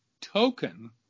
token